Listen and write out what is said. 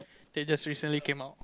they just recently came out